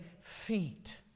feet